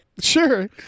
Sure